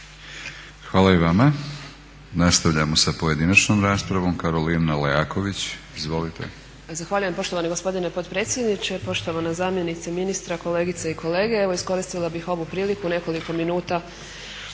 Hvala i vama. Nastavljamo sa pojedinačnom raspravom. Karolina Leaković, izvolite.